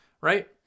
right